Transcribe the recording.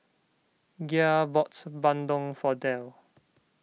Gia bought Bandung for Dale